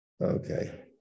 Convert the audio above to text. Okay